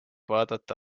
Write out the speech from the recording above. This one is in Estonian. vaadata